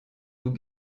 vous